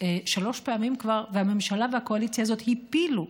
שלוש פעמים כבר והממשלה והקואליציה האלה הפילו,